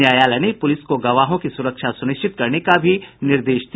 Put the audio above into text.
न्यायालय ने पुलिस को गवाहों की सुरक्षा सुनिश्चित करने का भी निर्देश दिया